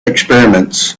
experiments